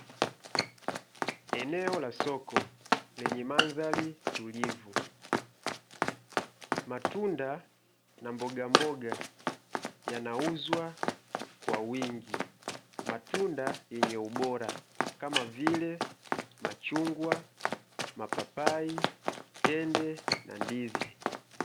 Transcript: Eneo la soko lenye mandhari tulivu. Matunda na mbogamboga yanauzwa kwa wingi, matunda yenye ubora kama vile: machungwa, mapapai, tende na ndizi.